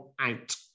out